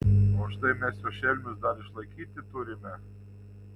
o štai mes juos šelmius dar išlaikyti turime